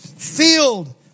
Filled